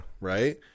Right